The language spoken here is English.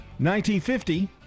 1950